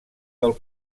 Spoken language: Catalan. del